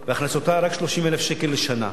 מזה והכנסתה רק 30,000 שקל לשנה,